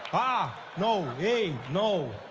ah no! hey, no.